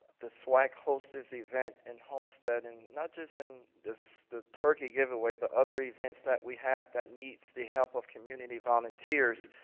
the swac hosts this event in homestead, and not just and in the turkey giveaway but other events that we have that needs the help of community volunteers.